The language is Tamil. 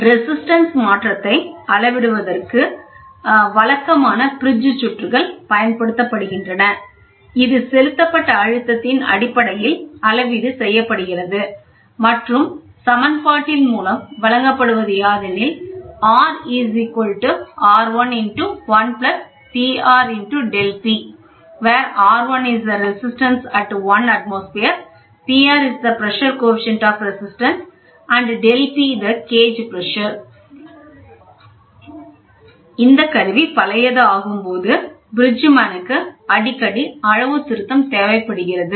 ரேசிஸ்டன்ஸ் மாற்றத்தை அளவிடுவதற்கு வழக்கமான பிரிட்ஜ் சுற்றுகள் பயன்படுத்தப்படுகின்றன இது செலுத்தப்பட்ட அழுத்தத்தின் அடிப்படையில் அளவீடு செய்யப்படுகிறது மற்றும் சமன்பாட்டின் மூலம் வழங்கப்படுவது யாதெனில் கருவி பழையது ஆகும் போது பிரிட்ஜ்மேனுக்கு அடிக்கடி அளவுத்திருத்தம் தேவைப்படுகிறது